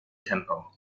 tempo